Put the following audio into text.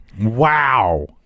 Wow